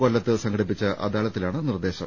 കൊല്ലത്ത് സംഘടി പ്പിച്ച അദാലത്തിലാണ് നിർദ്ദേശം